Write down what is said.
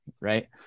right